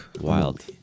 Wild